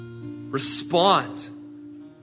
Respond